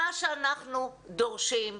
מה שאנחנו דורשים,